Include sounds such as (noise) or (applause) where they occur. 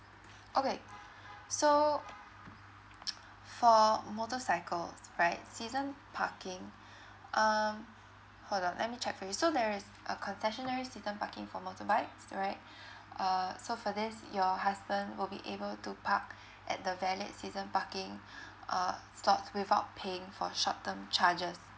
okay so (noise) for motorcycles right season parking (breath) um hold on let me check for you so there is a concessionary season parking for motorbikes all right (breath) uh so for this your husband will be able to park at the valet season parking (breath) uh slots without paying for short term charges